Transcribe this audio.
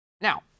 Now